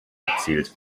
erzielt